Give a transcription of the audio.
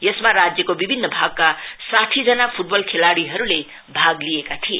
यसमा राज्यको विभिन्न भागका साठीजना फुटबल खेलाड़ीहरुले भाग लिएका थिए